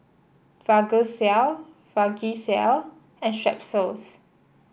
Vagisil Vagisil and Strepsils